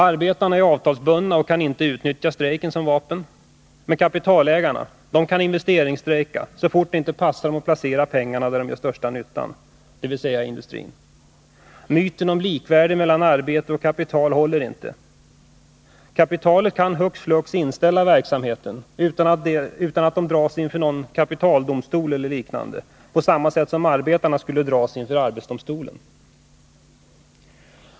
Arbetarna är avtalsbundna och kan inte utnyttja strejken som vapen. Men kapitalägarna kan investeringsstrejka så fort det inte passar dem att placera pengarna där de gör största nyttan, dvs. i industrin. Myten om likvärdighet mellan arbete och kapital håller inte. Kapitalet kan hux flux inställa verksamheten utan att dras inför någon kapitaldomstol, medan arbetarna kan dras inför arbetsdomstolen.